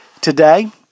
Today